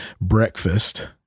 breakfast